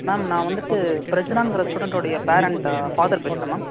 ma'am நான் வந்துட்டு பிரசன்னாங்கிற ஸ்டூடெண்ட்டுடைய பேரெண்ட்டு ஃபாதர் பேசுகிறேன் மேம்